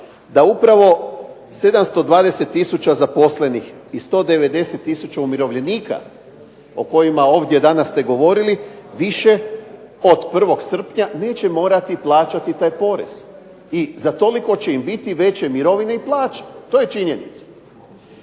da upravo 720 tisuća zaposlenih i 190 tisuća umirovljenika o kojima ovdje danas ste govorili više od 01. srpnja neće morati plaćati taj porez i za toliko će im biti veće mirovine i plaće. To je činjenica.